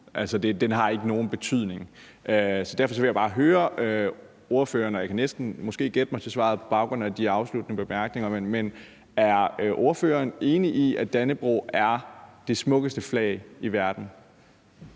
den ikke har nogen betydning. Derfor vil jeg bare høre ordføreren, og jeg kan måske næsten gætte mig til svaret på baggrund af de afsluttende bemærkninger, om ordføreren er enig i, at Dannebrog er det smukkeste flag i verden.